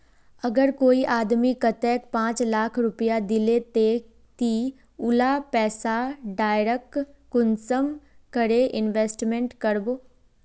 अगर कोई आदमी कतेक पाँच लाख रुपया दिले ते ती उला पैसा डायरक कुंसम करे इन्वेस्टमेंट करबो?